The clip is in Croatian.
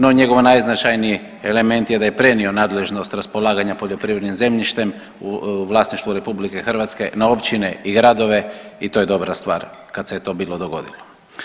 No, njegov najznačajniji element je da je prenio nadležnost raspolaganja poljoprivrednim zemljištem u vlasništvu Republike Hrvatske na općine i gradove i to je dobra stvar kad se to bilo dogodilo.